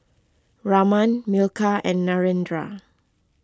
Raman Milkha and Narendra